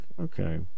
okay